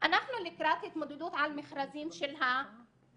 אנחנו לקראת התמודדות על מכרזים של המקלטים.